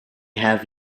have